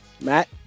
matt